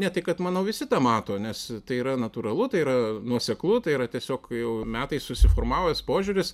ne tai kad manau visi tą mato nes tai yra natūralu tai yra nuoseklu tai yra tiesiog jau metai susiformavęs požiūris